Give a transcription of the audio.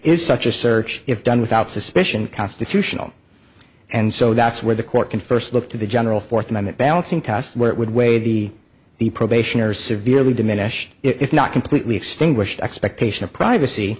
is such a search if done without suspicion constitutional and so that's where the court can first look to the general for the moment balancing test where it would weigh the the probationers severely diminished if not completely extinguished expectation of privacy